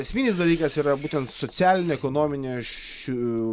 esminis dalykas yra būtent socialinė ekonominė šių